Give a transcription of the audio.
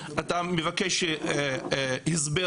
אתה מבקש הסבר,